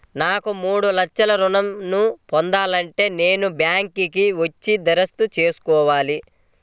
నాకు మూడు లక్షలు ఋణం ను పొందాలంటే నేను బ్యాంక్కి వచ్చి దరఖాస్తు చేసుకోవాలా?